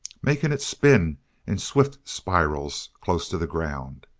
making it spin in swift spirals, close to the ground.